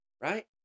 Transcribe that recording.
right